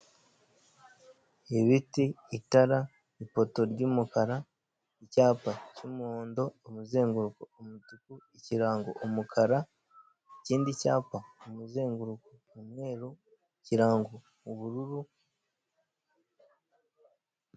Ibiti, itara, ipoto ry'umukara, icyapa cy'umuhondo, umuzenguruko umutuku, ikirango umukara, ikindi cyapa umuzenguruko ni umweru, ikirango ubururu.